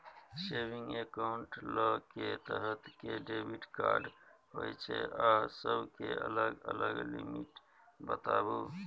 Saving accounts ल के तरह के डेबिट कार्ड होय छै आ सब के अलग अलग लिमिट बताबू?